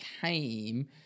came